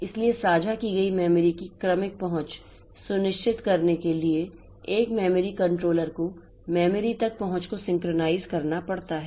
इसलिए साझा की गई मेमोरी की क्रमिक पहुंच सुनिश्चित करने के लिए एक मेमोरी कंट्रोलर को मेमोरी तक पहुंच को सिंक्रनाइज़ करना पड़ता है